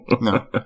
no